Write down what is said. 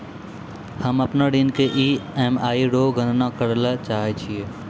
हम्म अपनो ऋण के ई.एम.आई रो गणना करैलै चाहै छियै